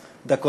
אני לוקח על